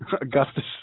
Augustus